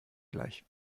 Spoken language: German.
gleich